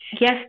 yes